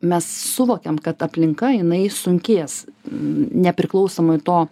mes suvokiam kad aplinka jinai sunkės nepriklausomai to